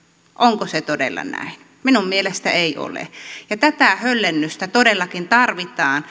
onko se todella näin minun mielestäni ei ole ja tätä höllennystä todellakin tarvitaan